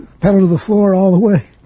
pedal-to-the-floor-all-the-way